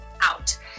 out